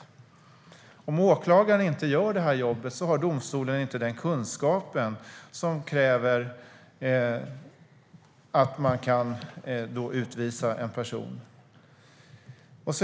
Om åklagaren inte gör det jobbet har domstolen inte den kunskap som krävs för att man ska kunna utvisa en person.